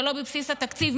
זה לא בבסיס התקציב.